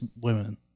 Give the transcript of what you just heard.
women